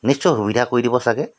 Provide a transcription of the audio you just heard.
নিশ্চয় সুবিধা কৰি দিব চাগৈ